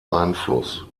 einfluss